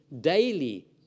daily